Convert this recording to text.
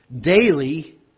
daily